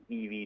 EV